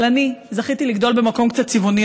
אבל אני זכיתי לגדול במקום קצת צבעוני,